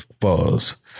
Fuzz